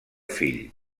fill